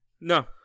No